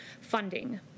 funding